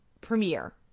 premiere